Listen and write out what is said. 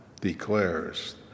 declares